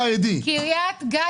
קריית גת